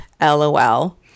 LOL